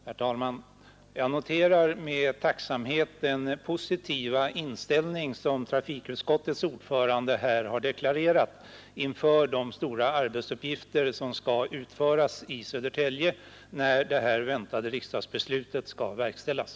Herr talman! Jag noterar med tacksamhet den positiva inställning som trafikutskottets ordförande här deklarerat inför de stora arbetsuppgifter som skall utföras i Södertälje när det väntade riksdagsbeslutet skall verkställas.